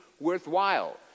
worthwhile